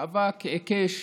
מאבק עיקש